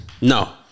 No